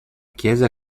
chiesa